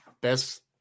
best